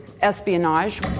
espionage